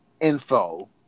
info